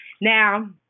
Now